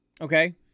okay